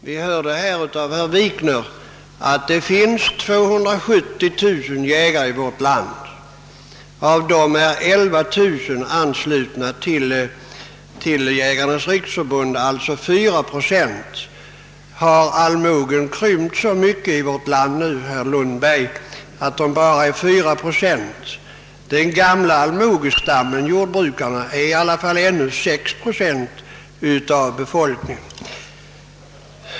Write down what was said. Vi hörde av herr Wikner att det finns 270 000 jägare i vårt land och att 11 000 av dem, d.v.s. 4 procent, är anslutna till Jägarnas riksförbund. Har allmogen krympt så mycket i vårt land, att den bara utgör 4 procent? Den gamla allmogestammen, jordbrukarna, utgör i alla fall ännu 6 procent av befolkningen.